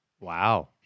Wow